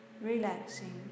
relaxing